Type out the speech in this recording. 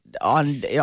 on